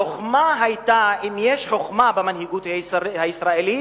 החוכמה היתה, אם יש חוכמה במנהיגות הישראלית,